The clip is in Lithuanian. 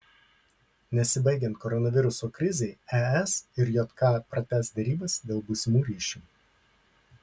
nesibaigiant koronaviruso krizei es ir jk pratęs derybas dėl būsimų ryšių